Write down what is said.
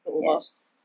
Yes